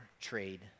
trade